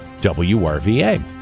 WRVA